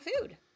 food